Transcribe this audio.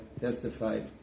testified